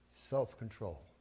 self-control